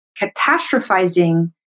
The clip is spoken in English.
catastrophizing